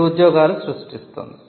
ఇది ఉద్యోగాలు సృష్టిస్తుంది